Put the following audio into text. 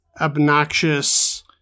obnoxious